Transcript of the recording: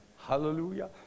Hallelujah